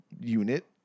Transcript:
unit